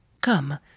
Come